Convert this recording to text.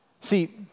See